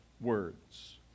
words